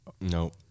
No